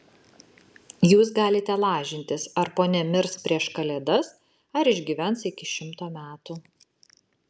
jūs galite lažintis ar ponia mirs prieš kalėdas ar išgyvens iki šimto metų